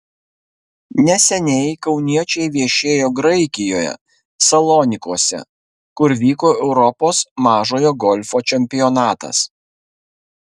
neseniai kauniečiai viešėjo graikijoje salonikuose kur vyko europos mažojo golfo čempionatas